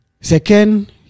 Second